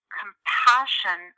compassion